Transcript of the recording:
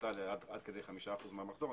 הפחתה עד לכדי 5% מן המחזור.